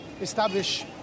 establish